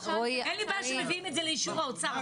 אין לי בעיה שמביאים את זה לאישור האוצר,